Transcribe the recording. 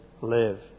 live